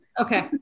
Okay